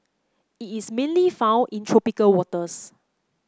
it is mainly found in tropical waters